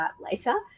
later